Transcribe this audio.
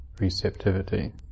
receptivity